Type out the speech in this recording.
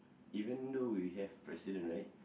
even though we have president right